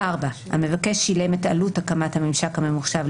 המבקש שילם את עלות הקמת הממשק הממוחשב,